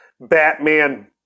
Batman